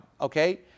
Okay